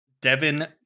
Devin